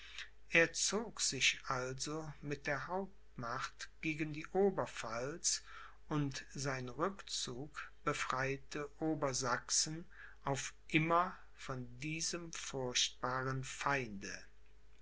er zog sich also mit der hauptmacht gegen die oberpfalz und sein rückzug befreite obersachsen auf immer von diesem furchtbaren feinde